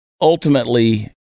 ultimately